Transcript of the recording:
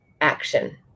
action